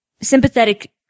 sympathetic